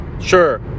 Sure